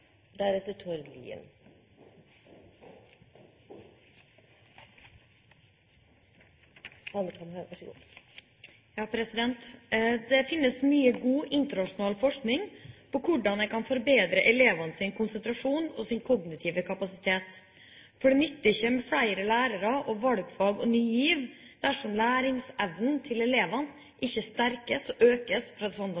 Det finnes mye god internasjonal forskning på hvordan en kan forbedre elevenes konsentrasjon og kognitive kapasitet. Det nytter ikke med flere lærere, valgfag eller Ny GIV dersom læringsevnen til elevene